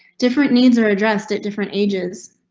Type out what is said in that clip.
different needs are addressed at different ages.